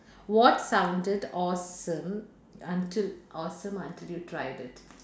what sounded awesome until awesome until you tried it